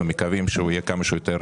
אנחנו מקווים שהוא יהיה כמה שיותר